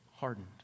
Hardened